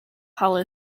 hollow